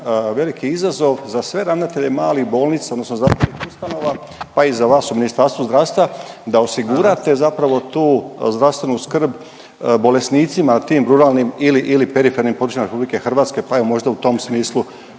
veliki izazov za sve ravnatelje malih bolnica odnosno zdravstvenih ustanova pa i za vas u Ministarstvu zdravstva da osigurate zapravo tu zdravstvenu skrb bolesnicima tim ruralnim ili perifernim područjima RH, pa evo možda u tom smislu